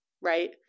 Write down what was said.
right